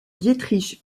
dietrich